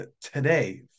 today